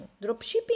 Dropshipping